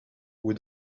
who